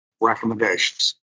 recommendations